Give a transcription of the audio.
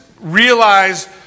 realize